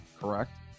correct